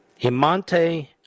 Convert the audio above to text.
Imante